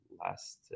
last